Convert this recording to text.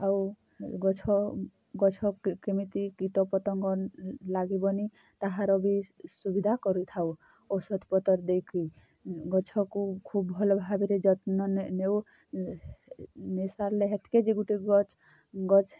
ଆଉ ଗଛ ଗଛକେ କେମିତି କୀଟ ପତଙ୍ଗ ଲାଗିବନି ତାହାର ବି ସୁବିଧା କରିଥାଉ ଔଷଧପତର୍ ଦେଇକି ଗଛକୁ ଖୁବ୍ ଭଲ ଭାବରେ ଯତ୍ନ ନେଉ ନେଇ ସାରିଲେ ହେତ୍କି ଯେ ଗୁଟେ ଗଛ୍ ଗଛ୍